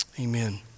amen